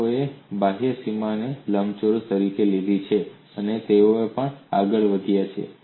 લોકોએ બાહ્ય સીમાને લંબચોરસ તરીકે લીધી છે અને તેઓ પણ આગળ વધ્યા છે